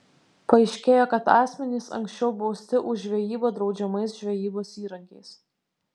paaiškėjo kad asmenys anksčiau bausti už žvejybą draudžiamais žvejybos įrankiais